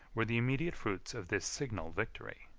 were the immediate fruits of this signal victory.